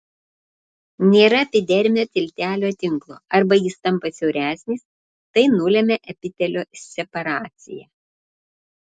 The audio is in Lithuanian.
nėra epidermio tiltelio tinklo arba jis tampa siauresnis tai nulemia epitelio separaciją